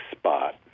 spot